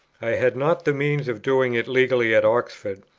i had not the means of doing it legally at oxford.